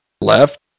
left